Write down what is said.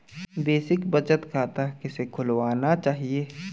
Basic बचत खाता किसे खुलवाना चाहिए?